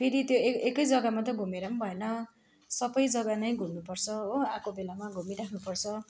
फेरि त्यो एकै जग्गा मात्रै घुमेर पनि भएन सबै जग्गा नै घुम्नु पर्छ हो आएको बेलामा घुमिराख्नु पर्छ